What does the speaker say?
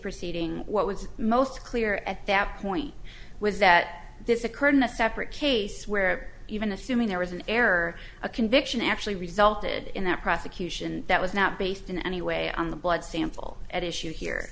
proceeding what was most clear at that point was that this occurred in a separate case where even assuming there was an error a conviction actually resulted in that prosecution that was not based in any way on the blood sample at issue here